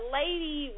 lady